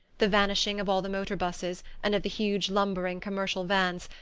the vanishing of all the motorbuses, and of the huge lumbering commercial vans,